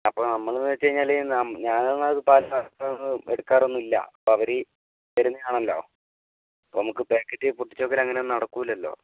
അപ്പോൾ നമ്മളെന്ന് വെച്ചുകഴിഞ്ഞാൽ ഞാനൊന്നും അത് പാല് കറക്കാറും എടുക്കാറൊന്നും ഇല്ല അപ്പം അവരീ തരുന്നതാണല്ലോ അപ്പം നമുക്ക് പാക്കറ്റ് പൊട്ടിച്ചുനോക്കൽ അങ്ങനൊന്നും നടക്കില്ലല്ലോ